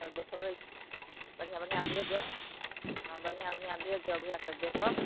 तऽ देखबै बढ़िऑं बढ़िऑं भेजब हँ बढ़िऑं बढ़िऑं सब भेजब ओएह सब देखब